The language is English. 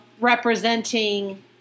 representing